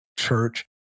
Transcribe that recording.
church